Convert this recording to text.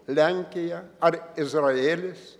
lenkija ar izraėlis